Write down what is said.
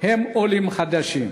הם עולים חדשים.